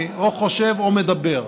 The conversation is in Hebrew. אני או חושב או מדבר.